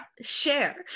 share